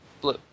blue